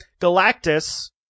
Galactus